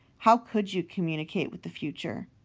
how could you communicate with the future?